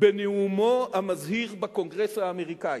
בנאומו המזהיר בקונגרס האמריקני,